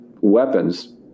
weapons